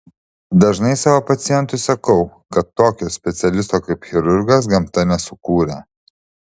dažnai savo pacientui sakau kad tokio specialisto kaip chirurgas gamta nesukūrė